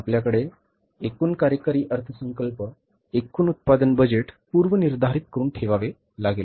आपल्याकडे एकूण कार्यकारी अर्थसंकल्प एकूण उत्पादन बजेट पूर्वनिर्धारित करून ठेवावे लागेल